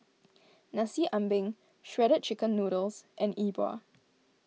Nasi Ambeng Shredded Chicken Noodles and E Bua